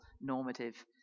normative